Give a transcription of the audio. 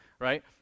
right